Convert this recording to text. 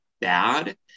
bad